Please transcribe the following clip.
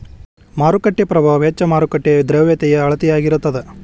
ಮಾರುಕಟ್ಟೆ ಪ್ರಭಾವ ವೆಚ್ಚ ಮಾರುಕಟ್ಟೆಯ ದ್ರವ್ಯತೆಯ ಅಳತೆಯಾಗಿರತದ